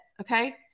Okay